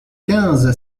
quinze